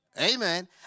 Amen